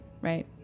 Right